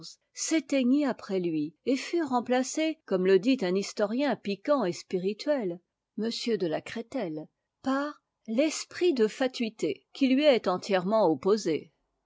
s'éteignit après ui et fut remplacé comme le dit un historien piquant et spirituel par l'esprit de s i k qui lui est entièrement opposé